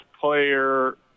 player